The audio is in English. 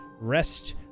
rest